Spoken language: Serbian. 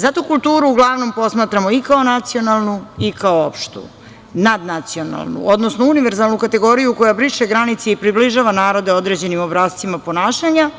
Zato kulturu uglavnom posmatramo i kao nacionalnu i kao opštu, nadnacionalnu, odnosno univerzalnu kategoriju koja briše granice i približava narode određenim obrascima ponašanja